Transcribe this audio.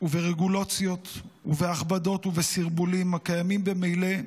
ברגולציות, בהכבדות ובסרבולים הקיימים ממילא,